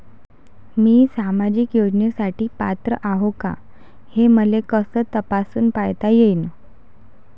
मी सामाजिक योजनेसाठी पात्र आहो का, हे मले कस तपासून पायता येईन?